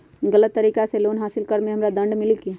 गलत तरीका से लोन हासिल कर्म मे हमरा दंड मिली कि?